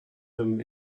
them